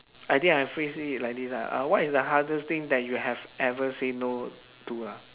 I think I phrase it like this lah uh what is the hardest thing that you have ever say no to lah